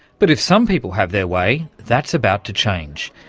but if some people have their way, that's about to change.